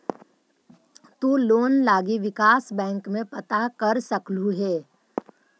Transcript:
तु लोन लागी विकास बैंक में पता कर सकलहुं हे